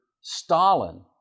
Stalin